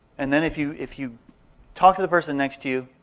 and then if you if you talk to the person next to you,